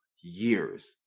years